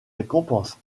récompenses